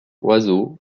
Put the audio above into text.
oiseaux